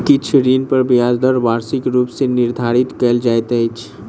किछ ऋण पर ब्याज दर वार्षिक रूप मे निर्धारित कयल जाइत अछि